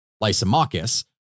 Lysimachus